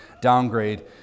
downgrade